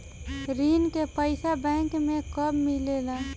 ऋण के पइसा बैंक मे कब मिले ला?